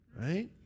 right